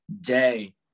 day